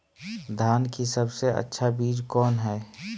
धान की सबसे अच्छा बीज कौन है?